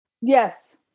Yes